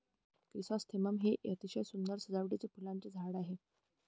chrysanthemum हे एक अतिशय सुंदर सजावटीचे फुलांचे झाड आहे